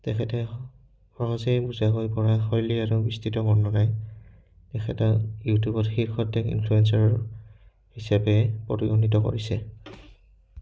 তেখেতে সহজে বুজাব পৰা শৈলী আৰু বিস্তৃত বৰ্ণনাই তেখেতক ইউটিউবত শীৰ্ষ টেক ইনফ্লুৱেঞ্চাৰ হিচাপে প্ৰৰিগণিত কৰিছে